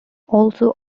also